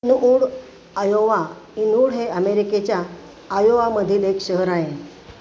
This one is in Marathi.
इनूड आयोवा इनूड हे अमेरिकेच्या आयोवामधील एक शहर आहे